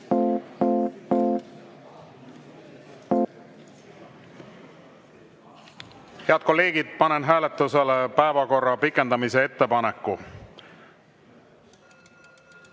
Head kolleegid, panen hääletusele päevakorra pikendamise ettepaneku.